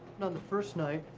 the first night,